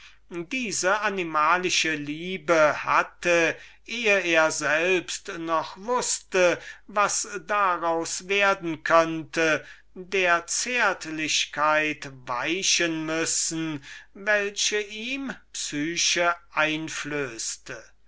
diese liebe hatte ehe er selbst noch wußte was daraus werden könnte der zärtlichkeit weichen müssen welche ihm psyche einflößte